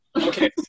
Okay